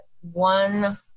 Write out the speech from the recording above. one